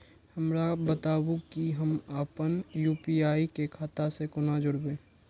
हमरा बताबु की हम आपन यू.पी.आई के खाता से कोना जोरबै?